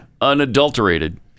Unadulterated